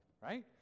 right